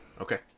Okay